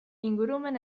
ingurumen